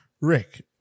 Rick